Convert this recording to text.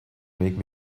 make